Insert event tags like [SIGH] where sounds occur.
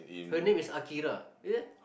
her name is Akira [NOISE]